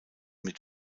mit